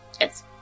Yes